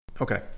Okay